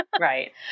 Right